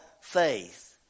faith